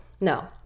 No